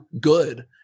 good